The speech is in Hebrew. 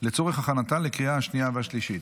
לצורך הכנתה לקריאה השנייה והשלישית.